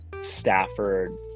Stafford